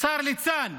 שר ליצן.